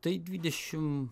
tai dvidešim